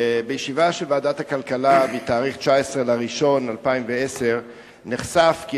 בישיבה של ועדת הכלכלה מתאריך 19 בינואר 2010 נחשף כי